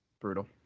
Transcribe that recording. Brutal